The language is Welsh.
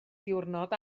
diwrnod